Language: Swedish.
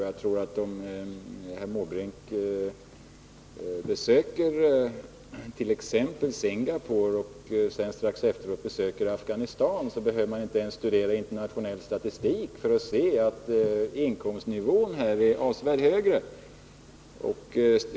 Jag tror att om herr Måbrink besökert.ex. Singapore och strax efteråt Afghanistan, behöver han inte ens studera internationell statistik för att se att inkomstnivån i Singapore är avsevärt högre.